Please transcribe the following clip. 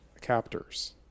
captors